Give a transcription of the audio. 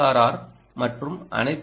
R மற்றும் அனைத்தும்